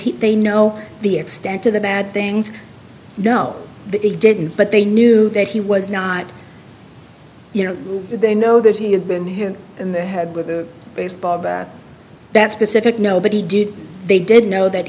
he no the extent of the bad things no it didn't but they knew that he was not you know they know that he had been hit in the head with a baseball bat that specific nobody did they did know that